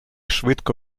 швидко